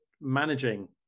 managing